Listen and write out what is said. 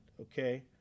okay